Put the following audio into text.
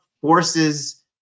forces